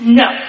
no